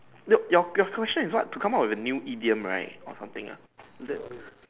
nope your question is what to come up with a new idiom right or something ah is it